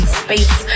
space